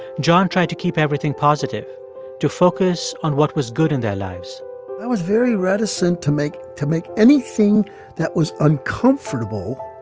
john tried to keep everything positive to focus on what was good in their lives i was very reticent to make to make anything that was uncomfortable